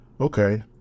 Okay